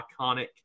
iconic